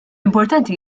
importanti